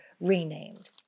renamed